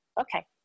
okay